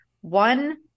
One